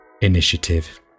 initiative